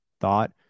thought